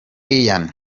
ian